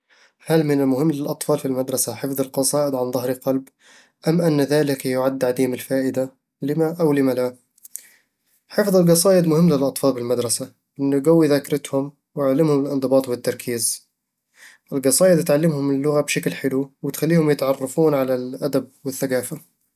هل من المهم للأطفال في المدرسة حفظ القصائد عن ظهر قلب، أم أن ذلك يُعدّ عديم الفائدة؟ لِمَ أو لِمَ لا؟ حفظ القصايد مهم للأطفال بالمدرسة، لأنه يقوي ذاكرتهم ويعلمهم الانضباط والتركيز القصايد تعلمهم اللغة بشكل حلو وتخليهم يتعرفون على الأدب والثقافة